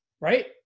right